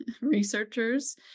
researchers